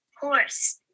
horse